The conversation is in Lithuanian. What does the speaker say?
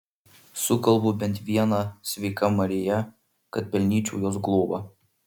sukalbu bent vieną sveika marija kad pelnyčiau jos globą